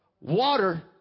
Water